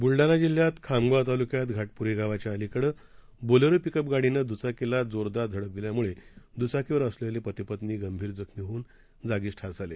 ब्लडाणाजिल्ह्यातखामगावतालुक्यातघाटपूरीगावाच्याअलीकडेबोलेरोपिकपगाडीनंद्चाकीलाजोरदारधडकदिल्यामुळेद्चाकीवर असलेलेपती पत्नीगंभीरजखमीहोऊनजागीचठारझाले